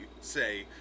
say